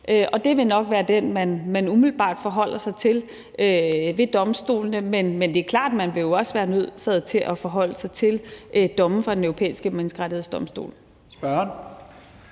og det vil nok være den, man umiddelbart forholder sig til ved domstolene, men det er klart, at man jo også vil være nødsaget til at forholde sig til domme fra Den Europæiske Menneskerettighedsdomstol.